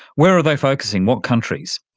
where they focusing, what countries?